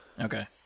Okay